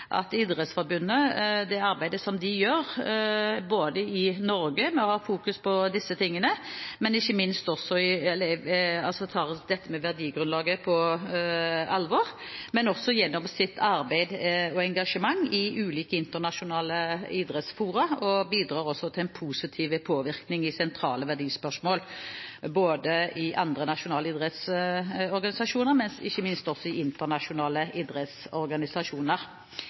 Idrettsforbundet og det arbeidet de gjør, ikke bare i Norge gjennom å ha fokus på disse tingene og at de tar dette med verdigrunnlaget på alvor, men også gjennom sitt engasjement i ulike internasjonale idrettsfora. De bidrar også til en positiv påvirkning i sentrale verdispørsmål ikke bare i andre nasjonale idrettsorganisasjoner, men ikke minst også i internasjonale idrettsorganisasjoner.